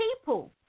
people